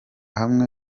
hamwe